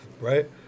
right